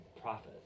prophets